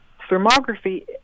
Thermography